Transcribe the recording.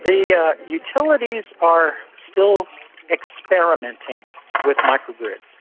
the yeah utilities are still experimenting with micro-grids,